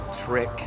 trick